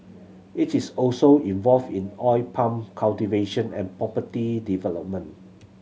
it is also involved in oil palm cultivation and property development